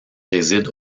réside